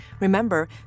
Remember